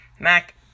Mac